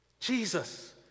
Jesus